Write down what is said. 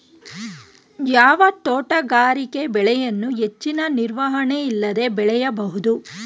ಯಾವ ತೋಟಗಾರಿಕೆ ಬೆಳೆಯನ್ನು ಹೆಚ್ಚಿನ ನಿರ್ವಹಣೆ ಇಲ್ಲದೆ ಬೆಳೆಯಬಹುದು?